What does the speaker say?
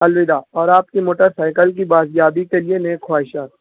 الوداع اور آپ کی موٹر سائیکل کی بازیابی کے لیے نیک خواہشات